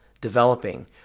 developing